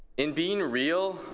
in being real,